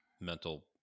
mental